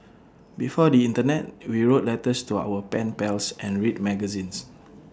before the Internet we wrote letters to our pen pals and read magazines